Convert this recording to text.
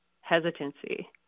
hesitancy